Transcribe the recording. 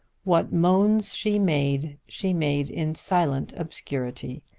what moans she made she made in silent obscurity,